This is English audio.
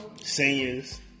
seniors